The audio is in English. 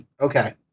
Okay